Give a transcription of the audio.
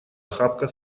охапка